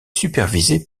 supervisée